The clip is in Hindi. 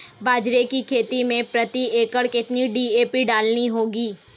बाजरे की खेती में प्रति एकड़ कितनी डी.ए.पी डालनी होगी?